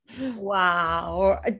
Wow